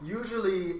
usually